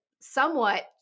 somewhat